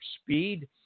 Speed